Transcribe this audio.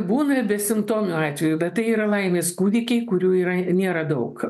būna ir besimptomių atvejų bet tai yra laimės kūdikiai kurių yra nėra daug